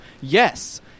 yes